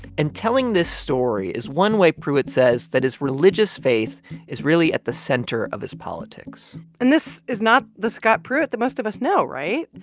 and telling this story is one way pruitt says that his religious faith is really at the center of his politics and this is not the scott pruitt that most of us know, right?